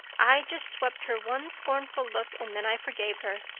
i just swept her one scornful look and then i forgave her.